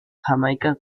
jamaica